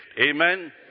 Amen